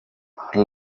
adel